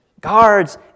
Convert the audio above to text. guards